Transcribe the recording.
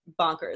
bonkers